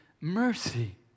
Mercy